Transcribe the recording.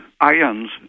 ions